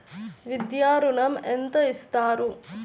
విద్యా ఋణం ఎంత ఇస్తారు?